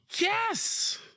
yes